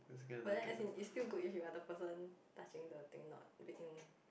but then as in it still good if you are the person touching the thing not being